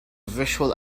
visual